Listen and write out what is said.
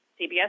CBS